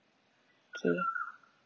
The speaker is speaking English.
okay